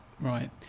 Right